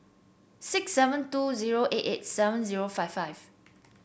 six seven two zero eight eight seven zero five five